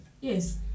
yes